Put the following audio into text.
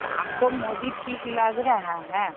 आपको मोदी ठीक लग रहे हैं